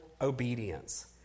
obedience